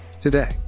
today